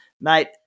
Mate